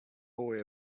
boy